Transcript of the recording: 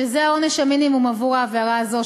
שזה עונש המינימום על העבירה הזו,